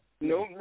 no